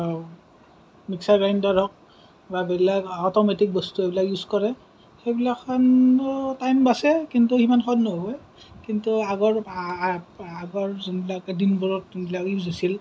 mixer grinder হওক বা বেলেগ অটমেটিক বস্তু এইবিলাক ইউজ কৰে সেইবিলাখন টাইম বাচে কিন্তু ইমান সোৱাদ নহয় কিন্তু আগৰ আগৰ যোনবিলাক দিনবোৰত যোনবিলাক ইউজ হৈছিল